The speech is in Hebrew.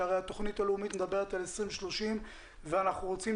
כי הרי התכנית הלאומית מדברת על 2030 ואנחנו רוצים